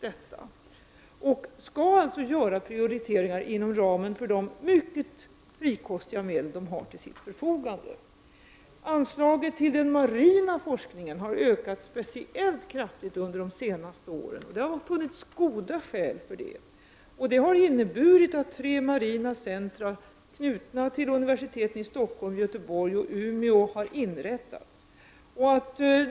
Verket skall alltså göra prioriteringar inom ramen för de mycket frikostiga medel som man har till sitt förfogande. Anslaget till den marina forskningen har ökat speciellt kraftigt under de senaste åren. Det har funnits goda skäl för detta. Det har inneburit att tre marina centra har inrättats, knutna till universiteten i Stockholm, Göteborg och Umeå.